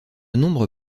nombre